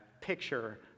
picture